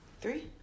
Three